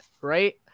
Right